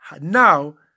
now